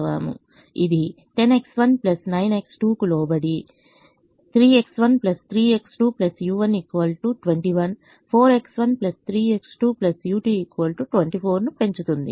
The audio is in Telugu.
ఇది 10X19X2 కు లోబడి3X13X2u1 214X13X2u2 24 ను పెంచుతుంది